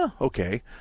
okay